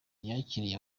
yakiriye